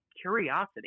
curiosity